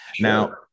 Now